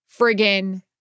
friggin